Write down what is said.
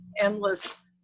endless